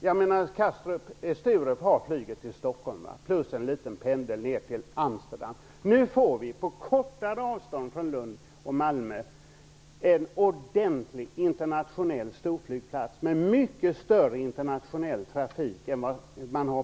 dumheter. Sturup har flyget till Stockholm plus en liten pendel ned till Amsterdam. Nu får vi på kortare avstånd från Lund och Malmö en ordentlig internationell storflygplats, med mycket större internationell trafik än på Arlanda.